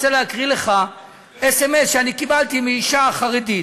אני רוצה להקריא לך סמ"ס שקיבלתי מאישה חרדית,